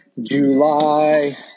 July